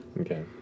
Okay